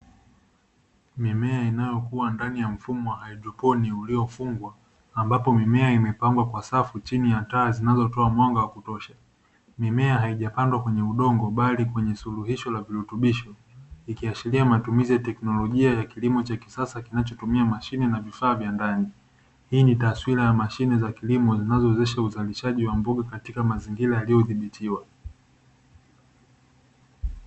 Mimea inakuwa ndani ya mfumo wa haidroponi uliofungwa, ambapo mimea imepangwa kwa safu chini ya taa zinazotoa mwanga wa kutosha. Mimea haijapandwa kwenye udongo bali kwenye suluhisho la virutubisho, ikiashiria matumizi ya teknolojia ya kilimo cha kisasa kinachotumia mashine na vifaa vya ndani. Hii ni taswira ya mashine za kilimo zinazowezesha uzalishaji wa mboga katika mazingira yaliyodhibitiwa.